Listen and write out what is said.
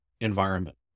environment